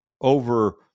over